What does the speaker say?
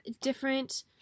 different